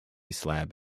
slab